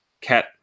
cat